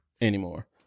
anymore